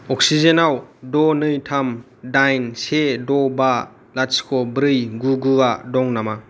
अक्सिजेनयाव ड' नै थाम डाइन से ड' बा लाथिख' ब्रै गु गुया दं नामा